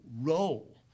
role